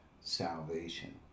salvation